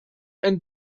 and